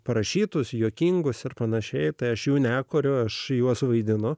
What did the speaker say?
parašytus juokingus ir pan tai aš jų nekuriu aš juos vaidinu